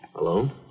Alone